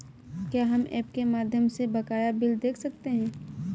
क्या हम ऐप के माध्यम से बकाया बिल देख सकते हैं?